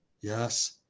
Yes